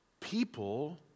People